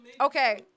Okay